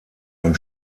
ein